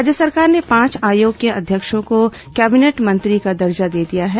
राज्य सरकार ने पांच आयोग के अध्यक्षों को कैबिनेट मंत्री का दर्जा दे दिया है